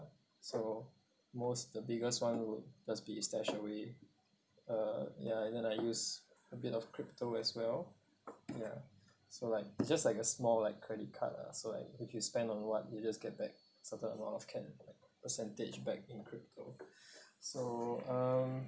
so most the biggest [one] would must be Stashaway uh ya and then I use a bit of crypto as well ya so like it's just like a small like credit card ah so like if you spend on what you just get back certain amount of can percentage back in crypto so um